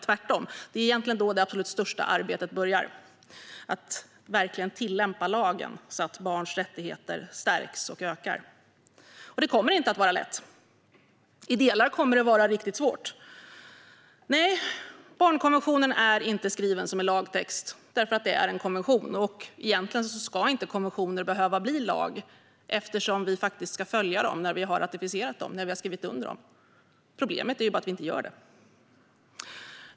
Tvärtom är det då det absolut största arbetet börjar: att verkligen tillämpa lagen så att barns rättigheter stärks och ökar. Det kommer inte att vara lätt. I delar kommer det att vara riktigt svårt. Nej, barnkonventionen är inte skriven som en lagtext. Det är för att det är en konvention, och konventioner ska egentligen inte behöva bli lag eftersom vi ska följa dem när vi har skrivit under och ratificerat dem. Problemet är bara att vi inte gör det.